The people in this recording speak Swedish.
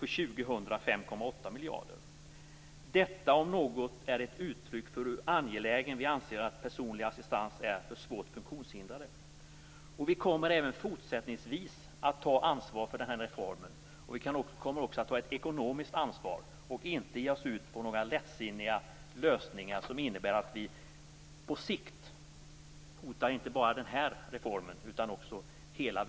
För år 2000 handlar det om 5,8 miljarder kronor. Detta om något är ett uttryck för hur angeläget vi anser att det vara med personlig assistans för svårt funktionshindrade. Vi kommer alltså även fortsättningsvis att ta ansvar för denna reform. Vi kommer också att ta ett ekonomiskt ansvar och inte ge oss in på lättsinniga lösningar som innebär att vi på sikt hotar inte bara den här reformen utan hela välfärden. Fru talman!